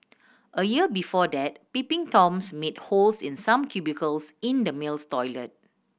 a year before that peeping Toms made holes in some cubicles in the males toilet